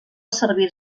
servir